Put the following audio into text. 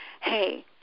hey